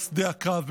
בשדה הקרב.